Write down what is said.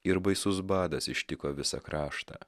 ir baisus badas ištiko visą kraštą